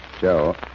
Joe